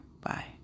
bye